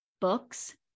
books